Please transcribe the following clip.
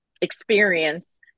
experience